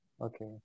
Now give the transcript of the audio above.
Okay